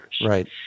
Right